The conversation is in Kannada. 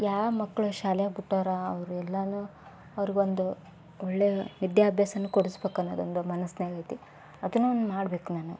ಯಾವ ಮಕ್ಕಳು ಶಾಲೆ ಬಿಟ್ಟವ್ರೋ ಅವ್ರು ಎಲ್ಲಾರನ್ನು ಅವ್ರಿಗೊಂದು ಒಳ್ಳೆಯ ವಿದ್ಯಾಭ್ಯಾಸನು ಕೊಡಸ್ಬೇಕು ಅನ್ನೋದೊಂದು ಮನಸ್ನಾಗೈತಿ ಅದನ್ನೊಂದು ಮಾಡ್ಬೇಕು ನಾನು